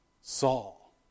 Saul